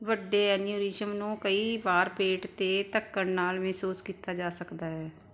ਵੱਡੇ ਐਨਿਉਰਿਜ਼ਮ ਨੂੰ ਕਈ ਵਾਰ ਪੇਟ 'ਤੇ ਧੱਕਣ ਨਾਲ ਮਹਿਸੂਸ ਕੀਤਾ ਜਾ ਸਕਦਾ ਹੈ